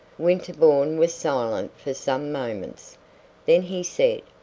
winterbourne was silent for some moments then he said,